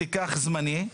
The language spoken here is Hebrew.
תיקח זמני,